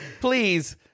please